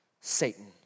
Satan